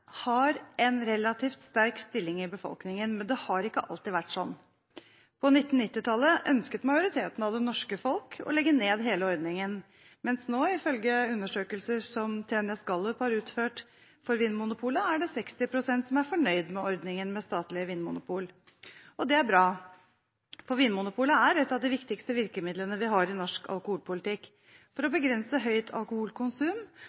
har en relativt sterk stilling i befolkningen, men det har ikke alltid vært sånn. På 1990-tallet ønsket majoriteten av det norske folk å legge ned hele ordningen. Men nå er det, ifølge undersøkelser som TNS Gallup har utført for Vinmonopolet, 60 pst. som er fornøyd med ordningen med statlig vinmonopol Det er bra, for Vinmonopolet er et av de viktigste virkemidlene vi har i norsk alkoholpolitikk, for å